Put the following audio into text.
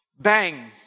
bang